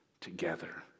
together